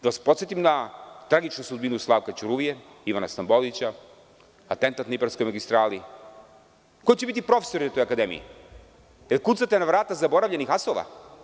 Da vas podsetim na tragičnu sudbinu Slavka Ćuruvije, Ivana Stambolića, atentat na Ibarskoj magistrali, ko će biti profesori na toj akademiji, da li kucate na vrata zaboravljenih asova.